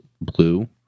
blue